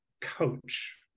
coach